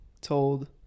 told